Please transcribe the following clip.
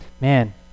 man